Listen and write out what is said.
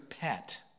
pet